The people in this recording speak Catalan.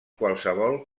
qualsevol